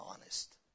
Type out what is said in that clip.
honest